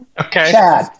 okay